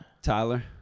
Tyler